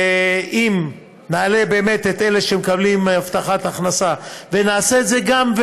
אם באמת נעלה את אלה שמקבלים הבטחת הכנסה ונעשה את זה גם,